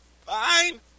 Fine